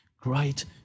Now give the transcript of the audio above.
Great